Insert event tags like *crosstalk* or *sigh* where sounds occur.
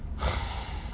*breath*